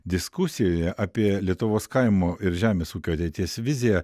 diskusijoje apie lietuvos kaimo ir žemės ūkio ateities viziją